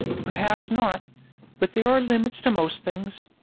perhaps not but there are limits to most things,